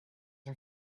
are